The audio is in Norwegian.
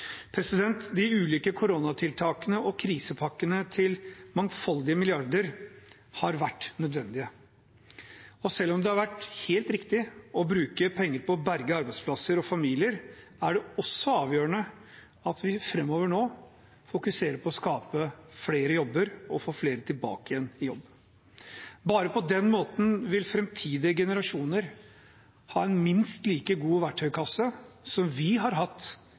De ulike koronatiltakene og krisepakkene på mangfoldige milliarder har vært nødvendige. Selv om det har vært helt riktig å bruke penger på å berge arbeidsplasser og familier, er det også avgjørende at vi framover nå fokuserer på å skape flere jobber og få flere tilbake igjen i jobb. Bare på den måten vil framtidige generasjoner ha en minst like god verktøykasse som vi har hatt